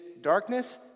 darkness